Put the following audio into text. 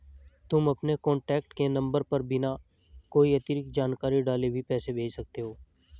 तुम अपने कॉन्टैक्ट के नंबर पर बिना कोई अतिरिक्त जानकारी डाले भी पैसे भेज सकते हो